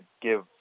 give